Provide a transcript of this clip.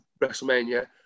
WrestleMania